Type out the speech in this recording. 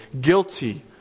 Guilty